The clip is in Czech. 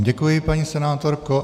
Děkuji vám, paní senátorko.